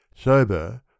Sober